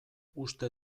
uste